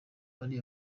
hari